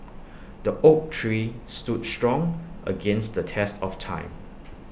the oak tree stood strong against the test of time